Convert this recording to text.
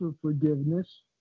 forgiveness